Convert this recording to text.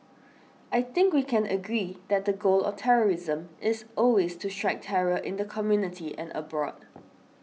I think we can agree that the goal of terrorism is always to strike terror in the community and abroad